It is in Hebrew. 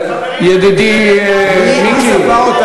חברים במפלגת העבודה.